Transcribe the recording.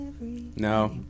no